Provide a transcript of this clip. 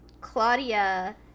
Claudia